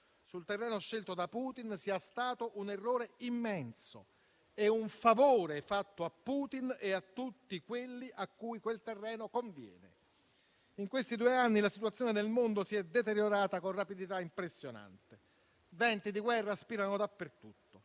sul terreno scelto da Putin, sia stato un errore immenso, un favore fatto a Putin e a tutti quelli cui quel terreno conviene. In questi due anni, la situazione del mondo si è deteriorata con rapidità impressionante. Venti di guerra spirano dappertutto.